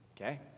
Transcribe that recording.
Okay